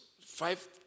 five